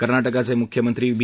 कर्नाटकचे मुख्यमंत्री बी